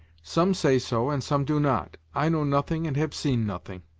some say so and some do not i know nothing and have seen nothing.